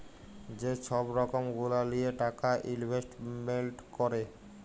যে ছব রকম গুলা লিঁয়ে টাকা ইলভেস্টমেল্ট ক্যরে